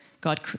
God